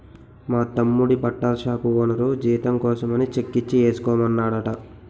మా తమ్ముడి బట్టల షాపు ఓనరు జీతం కోసమని చెక్కిచ్చి ఏసుకోమన్నాడట